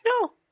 No